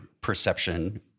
perception